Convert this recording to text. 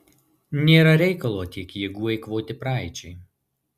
nėra reikalo tiek jėgų eikvoti praeičiai